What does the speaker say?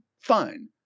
fine